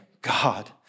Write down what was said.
God